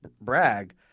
brag